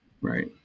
Right